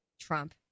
Trump